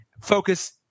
focus